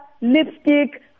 lipstick